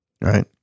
right